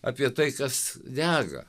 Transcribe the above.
apie tai kas dega